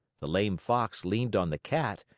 the lame fox leaned on the cat,